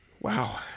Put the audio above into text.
Wow